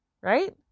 right